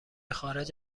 خارج